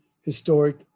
historic